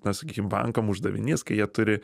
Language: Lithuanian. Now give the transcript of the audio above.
na sakykim bankam uždavinys kai jie turi